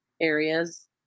areas